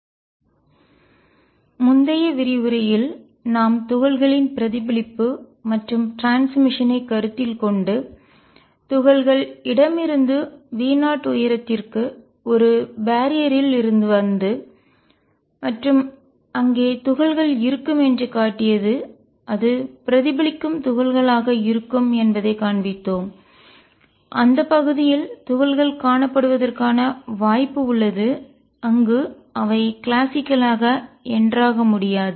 quantum tunnelling மற்றும் அதன் எடுத்துக்காட்டுகள் முந்தைய விரிவுரையில் நாம் துகள்களின் பிரதிபலிப்பு மற்றும் ட்ரான்ஸ்மிஷன் பரிமாற்றம் ஐ கருத்தில் கொண்டு துகள்கள் இடமிருந்து V0 உயரத்திற்கு ஒரு பேரியர் யில் தடையாக இருந்து வந்துமற்றும் அங்கே துகள்கள் இருக்கும் என்று காட்டியது அது பிரதிபலிக்கும் துகள்கள் ஆக இருக்கும் என்பதைக் காண்பித்தோம் அந்த பகுதியில் துகள்கள் காணப்படுவதற்கான வாய்ப்பு உள்ளது அங்கு அவை கிளாசிக்கலாக என்டர் ஆக உள்ளிடவும் முடியாது